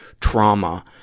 trauma